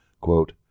Quote